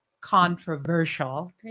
controversial